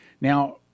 Now